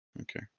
Okay